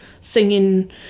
singing